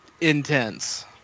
intense